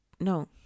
No